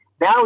Now